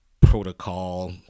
protocol